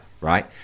Right